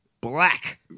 black